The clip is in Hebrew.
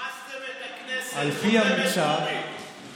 רמסתם את הכנסת, חותמת גומי.